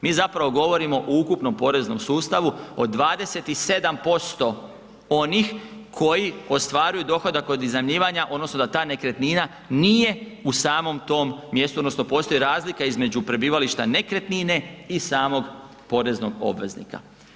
Mi zapravo govorimo o ukupnom poreznom sustavu od 27% onih koji ostvaruju dohodak od iznajmljivanja, odnosno da ta nekretnina nije u samom tom mjestu, odnosno postoji razlika između prebivalište nekretnine i samog poreznog obveznika.